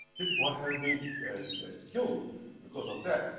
people ah have been killed because of that,